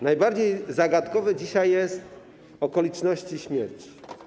Najbardziej zagadkowe dzisiaj są okoliczności jego śmierci.